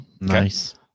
Nice